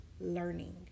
learning